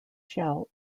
shell